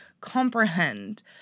comprehend